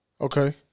Okay